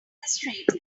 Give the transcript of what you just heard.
streets